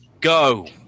Go